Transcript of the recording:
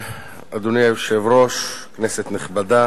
אבל אני שמחה, אדוני היושב-ראש, כנסת נכבדה,